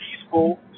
peaceful